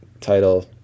title